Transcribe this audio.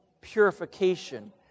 purification